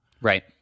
Right